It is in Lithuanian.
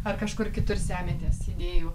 ar kažkur kitur semiatės idėjų